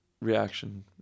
reaction